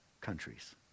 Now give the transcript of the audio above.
countries